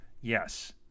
Yes